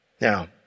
Now